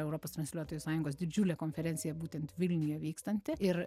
europos transliuotojų sąjungos didžiulė konferencija būtent vilniuje vykstanti ir